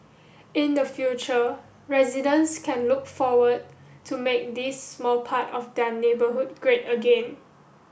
in the future residents can look forward to make this small part of their neighbourhood great again